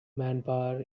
manpower